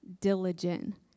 diligent